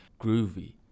groovy